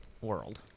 world